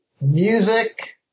Music